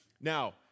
Now